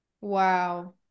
Wow